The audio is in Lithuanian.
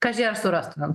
kaži ar surastumėm